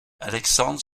alexandre